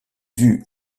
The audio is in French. due